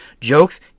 Jokes